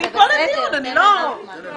אני מדבר מתוך עמדה אישית,